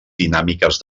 dinàmiques